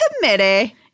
Committee